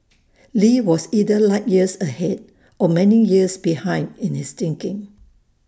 lee was either light years ahead or many years behind in his thinking